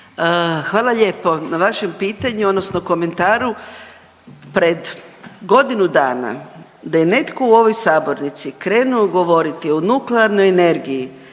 Hvala lijepo na vašem pitanju odnosno komentaru. Pred godinu dana da je netko u ovoj sabornici krenuo govoriti o nuklearnoj energiji